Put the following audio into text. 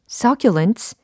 succulents